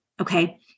Okay